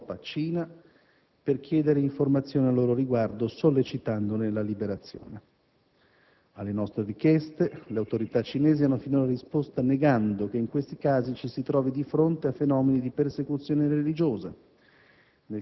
Europea e Cina per chiedere informazioni a loro riguardo, sollecitandone la liberazione. Alle nostre richieste le autorità cinesi hanno finora risposto negando che, in questi casi, ci si trovi di fronte a fenomeni di persecuzione religiosa.